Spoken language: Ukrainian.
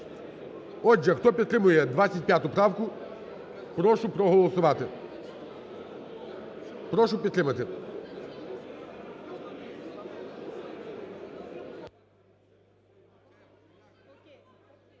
Отже, хто підтримує 25 правку, прошу проголосувати, прошу підтримати.